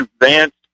advanced